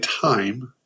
time